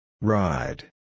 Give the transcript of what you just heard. Ride